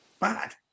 bad